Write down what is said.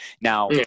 now